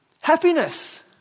Happiness